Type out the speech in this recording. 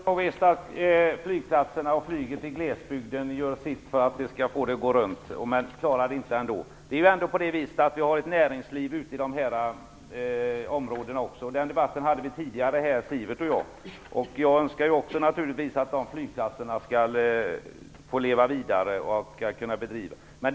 Herr talman! De flesta flygplatser och flyget i glesbygden gör sitt för att få det att gå runt. De klarar det inte ändå. Vi har också ett näringsliv ute i de här områdena. Den debatten förde vi tidigare här. Jag önskar naturligtvis också att flygplatserna skall kunna leva vidare.